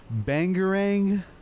bangarang